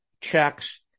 checks